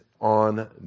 on